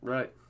Right